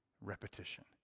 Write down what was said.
Repetition